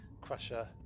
Crusher